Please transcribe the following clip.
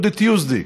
Good Tuesday.